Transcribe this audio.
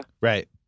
Right